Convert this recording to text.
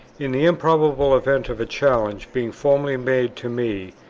in the improbable event of a challenge being formally made to me,